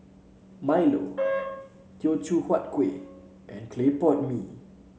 Milo Teochew Huat Kueh and Clay Pot Mee